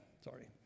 sorry